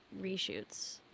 reshoots